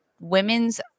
Women's